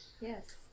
yes